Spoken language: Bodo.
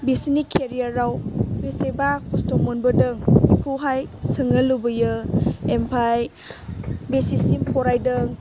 बिसोरनि केरियारआव बेसेबा खस्त' मोनबोदों बेखौहाय सोंनो लुबैयो ओमफ्राय बेसेसिम फरायदों